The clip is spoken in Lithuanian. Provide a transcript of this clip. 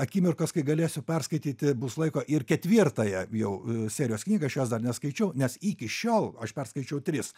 akimirkos kai galėsiu perskaityti bus laiko ir ketvirtąją jau serijos knygą aš jos dar neskaičiau nes iki šiol aš perskaičiau tris